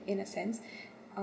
in a sense